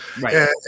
right